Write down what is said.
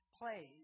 plays